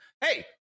hey